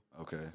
Okay